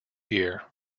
year